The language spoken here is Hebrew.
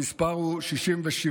המספר הוא 67%,